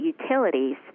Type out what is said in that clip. utilities